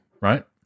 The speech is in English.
right